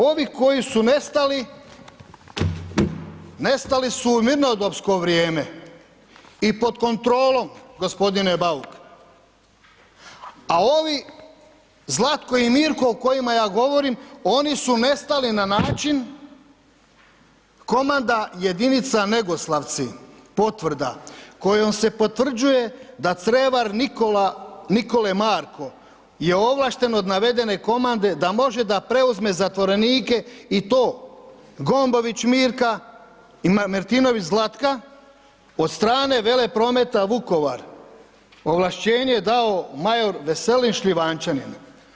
Ovi koji su nestali, nestali su u mirnodopsko vrijeme i pod kontrolom g. Bauk, a ovi Zlatko i Mirko o kojima ja govorim, oni su nestali na način Komanda jedinica Negoslavci, potvrda kojom se potvrđuje da crevar Nikole Marko je ovlašten od navedene komande da može da preuzme zatvorenike i to Gombović Mirka i Martinović Zlatka od stane Veleprometa Vukovar, ovlašćenje je dao major Veselin Šljivančanin.